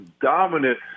dominant